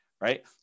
Right